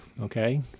Okay